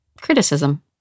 criticism